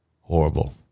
Horrible